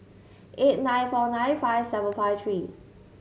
eight nine four nine five seven five three